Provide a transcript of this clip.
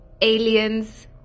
Aliens